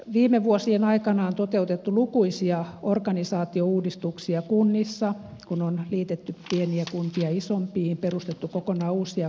viime vuosien aikana on toteutettu lukuisia organisaatiouudistuksia kunnissa kun on liitetty pieniä kuntia isompiin perustettu kokonaan uusia kuntia